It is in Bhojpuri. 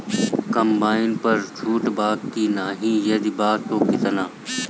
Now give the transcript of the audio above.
कम्बाइन पर छूट बा की नाहीं यदि बा त केतना?